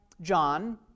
John